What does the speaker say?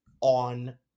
on